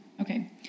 okay